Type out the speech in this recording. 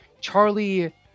Charlie